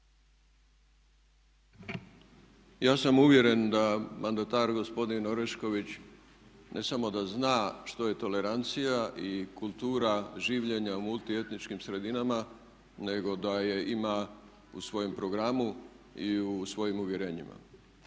Ja sam uvjeren da mandatar gospodin Orešković ne samo da zna što je tolerancija i kultura življenja u multietničkim sredinama nego da je ima u svojem programu i u svojim uvjerenjima.